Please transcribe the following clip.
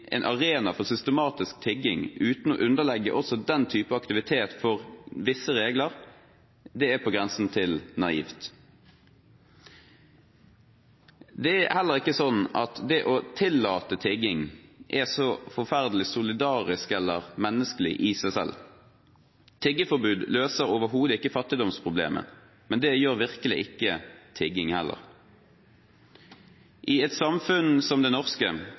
en arena for systematisk tigging, uten å underlegge også den type aktivitet visse regler, er på grensen til naivt. Det er heller ikke slik at det å tillate tigging i seg selv er så veldig solidarisk eller menneskelig. Tiggeforbud løser overhodet ikke fattigdomsproblemet, men det gjør virkelig ikke tigging heller. I et samfunn som det norske